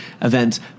events